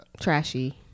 Trashy